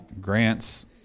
grants